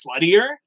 sluttier